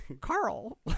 carl